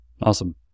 Awesome